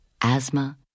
asthma